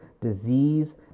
disease